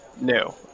No